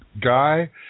guy